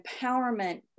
empowerment